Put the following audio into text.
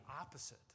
opposite